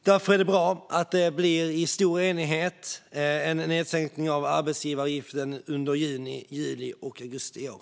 Därför är det bra att det med stor enighet blir en nedsättning av arbetsgivaravgiften under juni, juli och augusti i år.